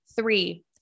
Three